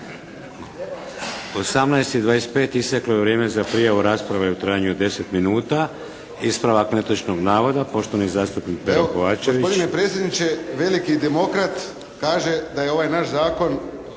18 i 25 isteklo je vrijeme za prijavu u raspravi u trajanju od 10 minuta. Ispravak netočnog navoda, poštovani zastupnik Pero Kovačević.